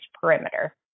perimeter